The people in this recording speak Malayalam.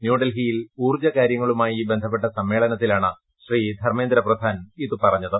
ന്യൂഡൽഹിയിൽ ഊൌർജജ കാര്യങ്ങളുമായി ബന്ധപ്പെട്ട സമ്മേളനത്തിലാണ് ശ്രീ ധർമ്മേന്ദ്ര പ്രധാന ഇത് പറഞ്ഞത്